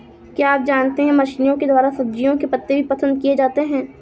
क्या आप जानते है मछलिओं के द्वारा सब्जियों के पत्ते भी पसंद किए जाते है